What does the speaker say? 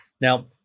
Now